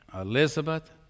Elizabeth